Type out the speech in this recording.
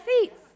seats